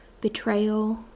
betrayal